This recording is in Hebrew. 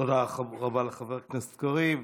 תודה רבה לחבר הכנסת קריב.